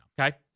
Okay